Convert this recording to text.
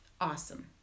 awesome